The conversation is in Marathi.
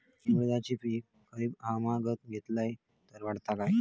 मी उडीदाचा पीक खरीप हंगामात घेतलय तर वाढात काय?